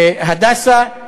"הדסה",